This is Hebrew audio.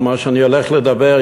על מה שאני הולך לדבר,